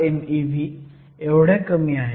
6 mev एवढ्या कमी आहेत